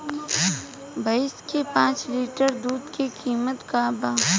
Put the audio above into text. भईस के पांच लीटर दुध के कीमत का बा?